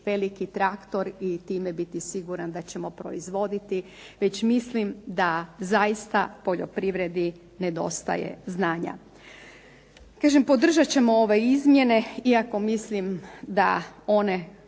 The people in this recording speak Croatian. veliki traktor i time biti siguran da ćemo proizvoditi, već mislim da zaista poljoprivredi nedostaje znanja. Kažem podržat ćemo ove izmjene iako mislim da su